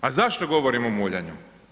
A zašto govorim o muljanju?